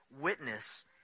witness